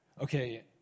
Okay